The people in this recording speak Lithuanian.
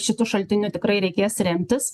šitu šaltiniu tikrai reikės remtis